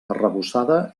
arrebossada